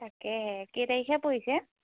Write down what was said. তাকেহে কেই তাৰিখে পৰিছে